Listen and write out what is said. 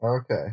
Okay